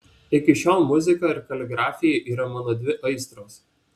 iki šiol muzika ir kaligrafija yra mano dvi aistros